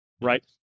Right